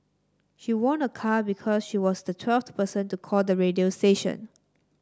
she won a car because she was the twelfth person to call the radio station